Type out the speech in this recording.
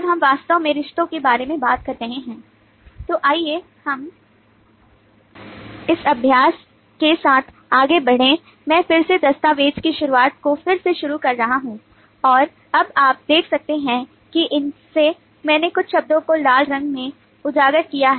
जब हम वास्तव में रिश्तों के बारे में बात कर रहे हैं तो आइए हम इस अभ्यास के साथ आगे बढ़ें मैं फिर से दस्तावेज़ की शुरुआत को फिर से शुरू कर रहा हूं और अब आप देख सकते हैं कि इसमें मैंने कुछ शब्दों को लाल रंग में उजागर किया है